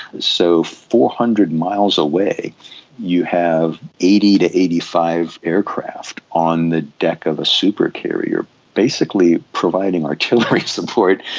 so four hundred miles away you have eighty to eighty five aircraft on the deck of a super carrier, basically providing artillery support,